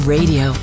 Radio